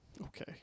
Okay